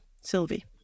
Sylvie